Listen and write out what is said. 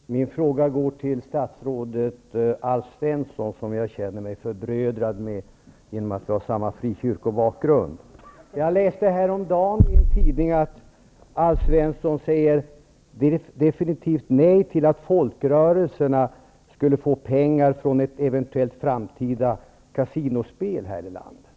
Fru talman! Min fråga riktar sig till statsrådet Alf Svensson, som jag känner mig förbrödrad med, eftersom vi har samma frikyrkobakgrund. Jag läste häromdagen i en tidning att Alf Svensson säger definitivt nej till att folkrörelserna skulle kunna få pengar från ett eventuellt framtida kasinospel här i landet.